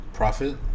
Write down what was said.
Profit